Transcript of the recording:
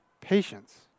patience